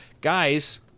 Guys